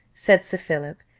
said sir philip,